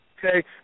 Okay